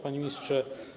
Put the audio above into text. Panie Ministrze!